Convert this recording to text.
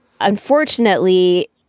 unfortunately